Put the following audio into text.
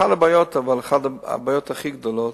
אחת הבעיות הכי גדולות,